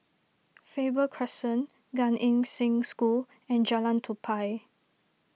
Faber Crescent Gan Eng Seng School and Jalan Tupai